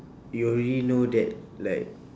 you already know that like